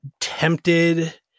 tempted